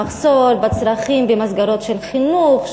המחסור והצרכים במסגרות של חינוך,